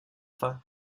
fin